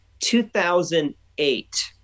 2008